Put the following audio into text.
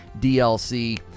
DLC